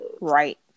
right